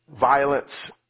violence